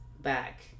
back